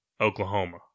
Oklahoma